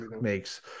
makes